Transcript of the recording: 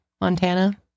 montana